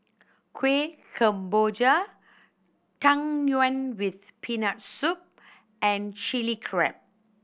Kueh Kemboja Tang Yuen with Peanut Soup and Chili Crab